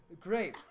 great